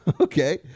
Okay